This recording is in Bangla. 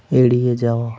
এড়িয়ে যাওয়া